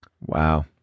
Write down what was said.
Wow